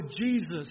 Jesus